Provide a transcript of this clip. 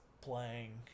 playing